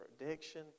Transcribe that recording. addiction